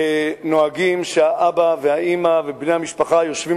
נוהגים שהאבא והאמא ובני המשפחה יושבים